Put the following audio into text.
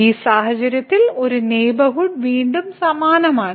ഈ സാഹചര്യത്തിൽ ഒരു നെയ്ബർഹുഡ് വീണ്ടും സമാനമാണ്